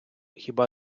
хіба